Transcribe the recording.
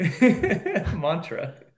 mantra